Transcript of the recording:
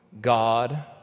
God